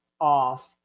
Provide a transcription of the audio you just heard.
off